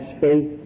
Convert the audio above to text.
faith